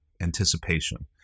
anticipation